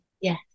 yes